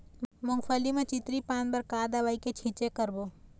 मूंगफली म चितरी पान बर का दवई के छींचे करबो?